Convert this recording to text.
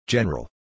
General